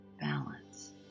balance